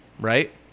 right